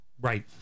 right